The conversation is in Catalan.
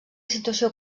situació